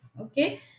Okay